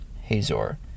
Hazor